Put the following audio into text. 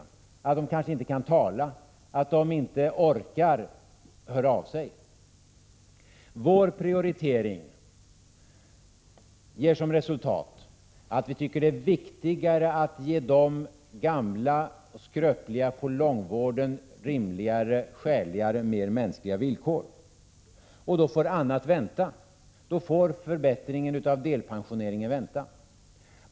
Kanske kan de inte ens tala. De orkar kanske inte höra av sig. Vår prioritering innebär att vi tycker att det är viktigare att ge de gamla och skröpliga inom långvården skäligare och mänskligare villkor. Då får annat vänta. Då får förbättringn av delpensioneringen vänta.